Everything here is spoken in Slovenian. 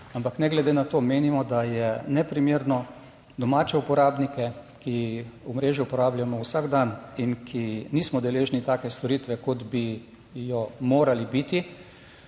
ampak ne glede na to menimo, da je neprimerno domače uporabnike, ki omrežje uporabljamo vsak dan in ki nismo deležni take storitve, kot bi jo morali biti,